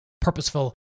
purposeful